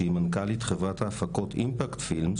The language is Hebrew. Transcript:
שהיא מנכ"לית חברת ההפקות אימפקט-פילמס,